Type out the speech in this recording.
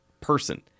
person